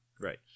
Right